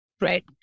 Right